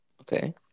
okay